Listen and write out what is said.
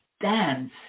dance